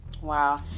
Wow